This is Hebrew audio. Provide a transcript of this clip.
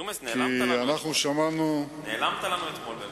ג'ומס, נעלמת לנו אתמול.